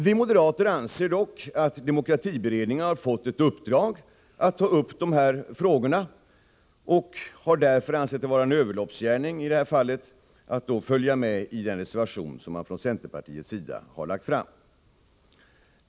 Vi moderater menar dock att demokratiberedningen fått i uppdrag att ta upp dessa frågor och har därför ansett det vara en överloppsgärning att ansluta oss till den reservation som centerpartiet har lagt fram.